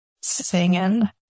singing